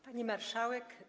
Pani Marszałek!